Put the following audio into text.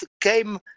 came